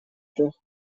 трех